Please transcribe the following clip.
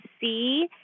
see